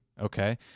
Okay